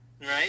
right